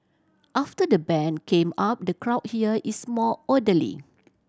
after the ban came up the crowd here is more orderly